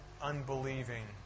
unbelieving